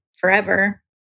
forever